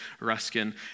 Ruskin